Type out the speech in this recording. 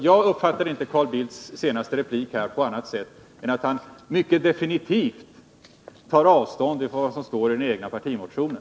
Jag uppfattade inte Carl Bildts senaste replik på annat sätt än att han mycket definitivt tar avstånd från vad som står i den egna partimotionen.